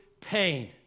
pain